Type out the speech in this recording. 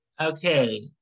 Okay